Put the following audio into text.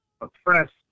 oppressed